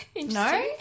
no